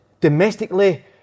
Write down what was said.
Domestically